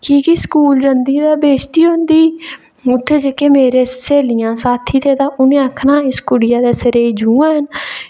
की के स्कूल जंदी ते बे होंदी उत्थै जेह्के मेरी स्हेलियां साथी ते तां उ'नें आखना इस कुड़िये दे सिरै जुआं न